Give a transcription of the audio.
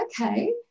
okay